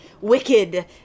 wicked